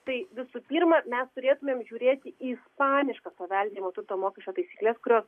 tai visų pirma mes turėtumėm žiūrėti į ispaniškas paveldėjamo turto mokesčio taisykles kurios